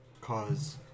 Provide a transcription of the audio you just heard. cause